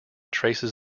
traces